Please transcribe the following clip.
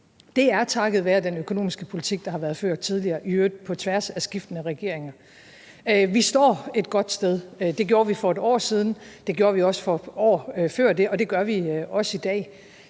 er takket være den økonomiske politik, der har været ført tidligere, i øvrigt på tværs af skiftende regeringer. Vi står et godt sted. Det gjorde vi for et år siden, det gjorde vi også før det, og det gør vi også i dag.